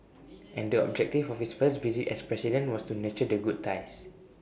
and the objective of his first visit as president was to nurture the good ties